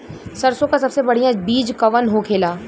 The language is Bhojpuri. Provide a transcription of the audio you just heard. सरसों का सबसे बढ़ियां बीज कवन होखेला?